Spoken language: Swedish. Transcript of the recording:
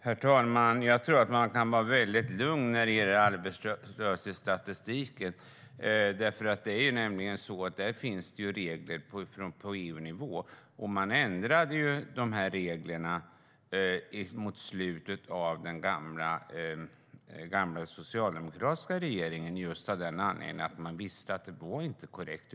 Herr talman! Jag tror att man kan vara väldigt lugn när det gäller arbetslöshetsstatistiken. Det finns ju regler på EU-nivå, och man ändrade reglerna mot slutet av den gamla socialdemokratiska regeringen, just därför att man visste att det inte var korrekt.